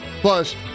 Plus